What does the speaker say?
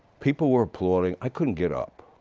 people were applauding. i couldn't get up.